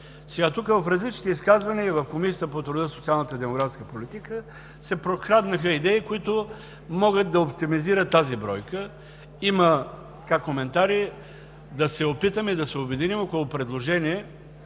служители. В различните изказвания тук и в Комисията по труда, социалната и демографската политика се прокраднаха идеи, които могат да оптимизират тази бройка. Има коментари да се опитаме да се обединим около предложение